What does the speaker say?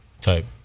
type